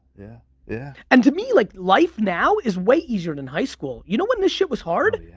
yeah yeah and to me like life now is way easier than high school. you know when this shit was hard?